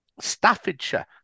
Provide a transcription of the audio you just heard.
staffordshire